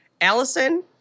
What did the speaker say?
Allison